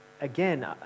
again